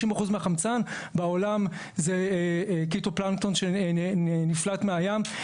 50% מהחמצן בעולם זה פיטופלנקטון שנפלט מהים.